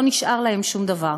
לא נשאר להן שום דבר.